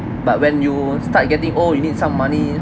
but when you start getting old you need some money